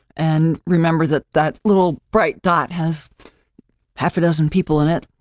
and remember that that little bright dot has half a dozen people in it.